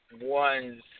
one's